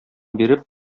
биреп